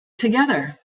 together